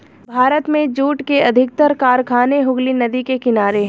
भारत में जूट के अधिकतर कारखाने हुगली नदी के किनारे हैं